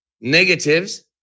negatives